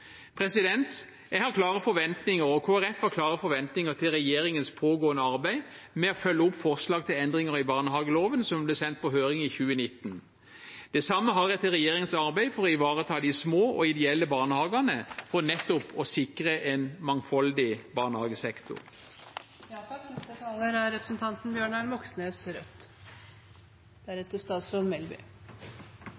Jeg og Kristelig Folkeparti har klare forventninger til regjeringens pågående arbeid med å følge opp forslag til endringer i barnehageloven som ble sendt på høring i 2019. Det samme har vi til regjeringens arbeid for å ivareta de små og ideelle barnehagene for nettopp å sikre en mangfoldig